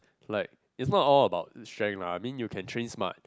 like is not all about strength lah I mean you can train smart